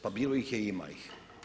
Pa bilo ih je i ima ih.